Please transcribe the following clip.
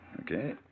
Okay